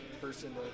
person